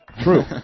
True